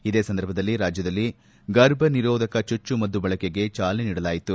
ಇದೇ ಸಂದರ್ಭದಲ್ಲಿ ರಾಜ್ಜದಲ್ಲಿ ಗರ್ಭನಿರೋಧಕ ಚುಚ್ಚುಮದ್ದು ಬಳಕೆಗೆ ಚಾಲನೆ ನೀಡಲಾಯಿತು